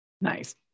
Nice